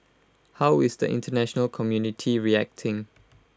how is the International community reacting